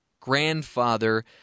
grandfather